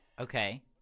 Okay